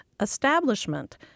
establishment